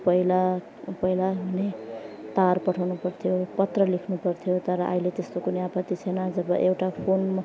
पहिला पहिला हुने तार पठाउनु पर्थ्यो पत्र लेख्नुपर्थ्यो तर अहिले त्यस्तो कुनै आपत्ति छैन जब एउटा फोन म